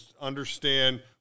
understand